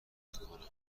تکانم